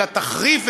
אלא תלך ותחריף,